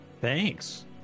thanks